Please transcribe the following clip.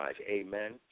amen